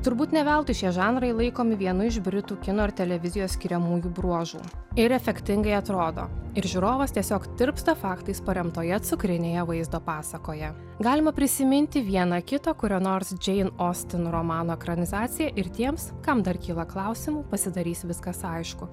turbūt ne veltui šie žanrai laikomi vienu iš britų kino ir televizijos skiriamųjų bruožų ir efektingai atrodo ir žiūrovas tiesiog tirpsta faktais paremtoje cukrinėje vaizdo pasakoje galima prisiminti vieną kitą kurio nors džein ostin romano ekranizacija ir tiems kam dar kyla klausimų pasidarys viskas aišku